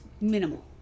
minimal